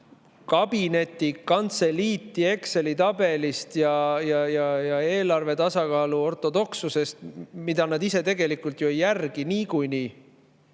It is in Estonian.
kabinetikantseliiti Exceli tabelist ja eelarve tasakaalu ortodokssusest, mida nad ise tegelikult ju niikuinii